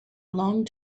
long